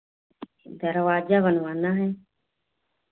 दरवाजा बनवाना है